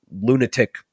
lunatic